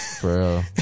Bro